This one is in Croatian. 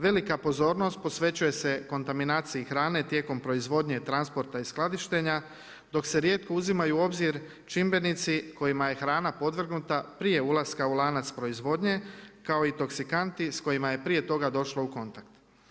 Velika pozornost posvećuje se kontaminaciji hrane tijekom proizvodnje, transporta i skladištenja dok se rijetko uzimaju u obzir čimbenici kojima je hrana podvrgnuta prije ulaska u lanac proizvodnje kao i toksikanti s kojima je prije toga došla u kontakt.